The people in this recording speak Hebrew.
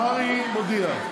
מרעי מודיע,